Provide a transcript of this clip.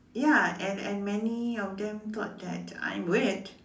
ya and and many of them thought that I'm weird